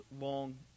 long